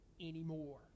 anymore